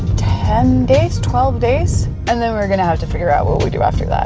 ten days, twelve days and then we're going to have to figure out what we do after that,